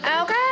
Okay